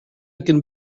can